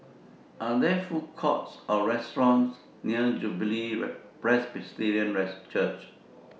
Are There Food Courts Or restaurants near Jubilee Presbyterian Church